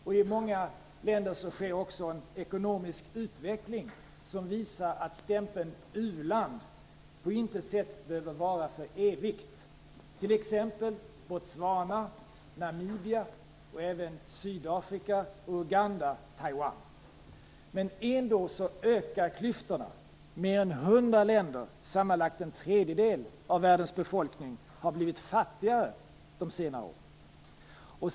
I många länder sker också en ekonomisk utveckling som visar att stämpeln u-land på intet sätt behöver vara för evigt. Som exempel kan nämnas Botswana, Namibia, Sydafrika, Uganda och Taiwan. Men ändå ökar klyftorna. 100 länder med sammanlagt en tredjedel av världens befolkning har blivit fattigare under de senaste åren.